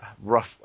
rough